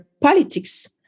politics